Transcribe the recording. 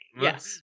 Yes